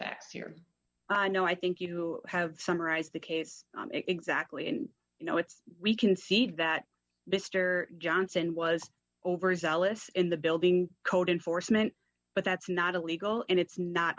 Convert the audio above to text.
facts here i know i think you have summarized the case exactly and you know it's we concede that mr johnson was overzealous in the building code enforcement but that's not illegal and it's not